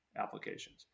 applications